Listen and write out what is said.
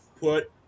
put